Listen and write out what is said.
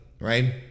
right